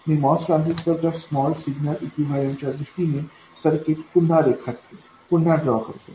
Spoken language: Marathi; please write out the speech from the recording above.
मी MOS ट्रान्झिस्टरच्या स्मॉल सिग्नल इक्विवैलन्ट च्या दृष्टीने सर्किट पुन्हा रेखाटतो